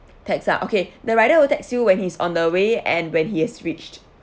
text ah okay the rider will text you when he's on the way and when he has reached